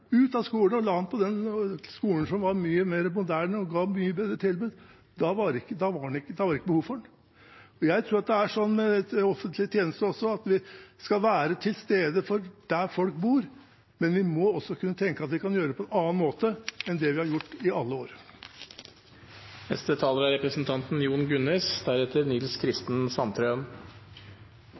ut av skolen og til den skolen som var mye mer moderne og ga mye bedre tilbud. Da var det ikke behov for den. Jeg tror det er sånn med offentlige tjenester også, vi skal være til stede der folk bor, men vi må også kunne tenke at vi kan gjøre det på en annen måte enn vi har gjort i alle år. Denne debatten begynner å bli litt som jeg husker fra for 50 år siden, jeg er